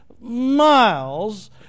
miles